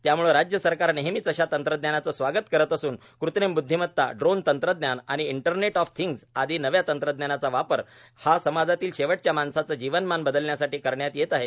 त्यामुळे राज्य सरकार नेहमीच अशा तंत्रज्ञानाचे स्वागत करत असून कृत्रिम बुद्धिमत्ता ड्रोन तंत्रज्ञान आणि इंटरनेट ऑफ थिंग्ज आदी नव्या तंत्रज्ञानाचा वापर हा समाजातील शेवटच्या माणसाचे जीवनमान बदलण्यासाठी करण्यात येत आहे